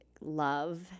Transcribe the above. love